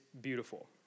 beautiful